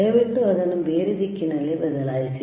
ದಯವಿಟ್ಟು ಅದನ್ನು ಬೇರೆ ದಿಕ್ಕಿನಲ್ಲಿ ಬದಲಾಯಿಸಿ